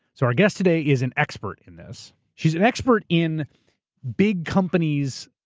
so our guest today is an expert in this. she's an expert in big companies,